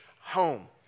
home